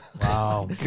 Wow